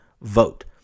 vote